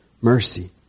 mercy